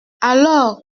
alors